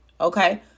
okay